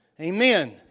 Amen